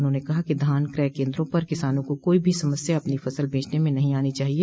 उन्होंने कहा कि धान कय केन्द्रों पर किसानों को कोई भी समस्या अपनी फसल बेचने में नहीं आनी चाहिए